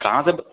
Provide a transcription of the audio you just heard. کہاں سے